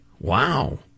Wow